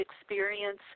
experience